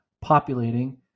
populating